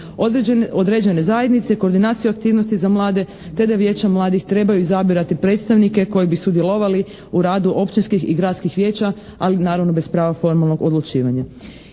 određene zajednice, koordinaciju aktivnosti za mlade te da vijeća mladih trebaju izabirati predstavnike koji bi sudjelovali u radu općinskih i gradskih vijeća ali naravno bez prava formalnog odlučivanja.